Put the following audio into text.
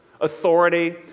authority